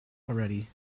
already